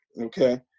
okay